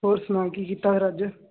ਹੋਰ ਸੁਣਾ ਕੀ ਕੀਤਾ ਫਿਰ ਅੱਜ